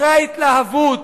אחרי ההתלהבות,